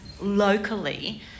locally